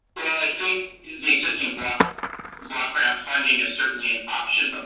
and i think the existing block block grant funding is certainly an option, but